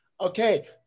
okay